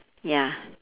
ya